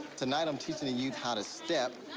tonight, i'm teaching the youth how to step,